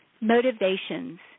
motivations